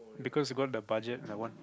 because you got the budget I want